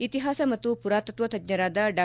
ಇತಿಹಾಸ ಮತ್ತು ಪುರಾತತ್ವ ತಜ್ಞರಾದ ಡಾ